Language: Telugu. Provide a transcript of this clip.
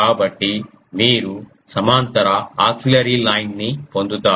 కాబట్టి మీరు సమాంతర ఆక్సిలరీ లైన్ ని పొందుతారు